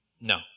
No